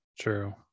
True